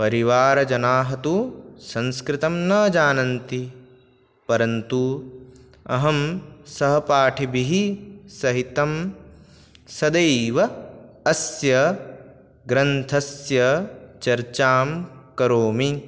परिवारजनाः तु संस्कृतं न जानन्ति परन्तु अहं सहपाठिभिः सहितं सदैव अस्य ग्रन्थस्य चर्चां करोमि